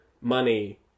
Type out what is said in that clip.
money